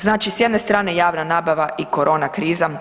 Znači s jedne strane javna nabava i korona kriza.